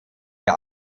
der